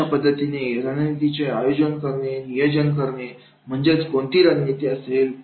अशा पद्धतीने रणनीतीचे नियोजन करणे म्हणजे कोणती रणनीती असेल